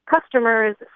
customers